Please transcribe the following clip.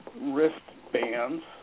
wristbands